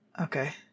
Okay